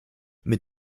mit